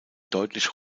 deutlich